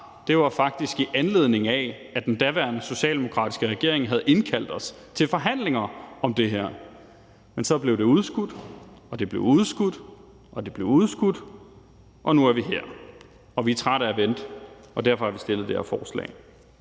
frem, faktisk var, at den daværende socialdemokratiske regering havde indkaldt os til forhandlinger om det her. Men så blev det udskudt, og det blev udskudt, og det blev udskudt, og nu er vi her, og vi er trætte af at vente. Derfor har vi fremsat det her forslag,